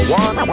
one